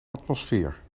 atmosfeer